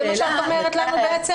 זה מה שאת אומרת לנו בעצם?